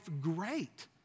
great